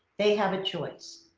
they have a choice.